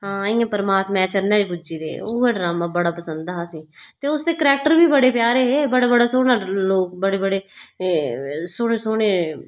हां इयां परनात्मा दे चरणें च पुज्जी दे ओहे ड्रामा बड़ा पसंद हा असेंगी ते उसदे क्रैक्टर बी बडे़ पसंद हे मिगी बडे़ प्यारे हा बडे़ बडे़ सोहने लोग मिगी बडे़ बडे़ सोहने सोहने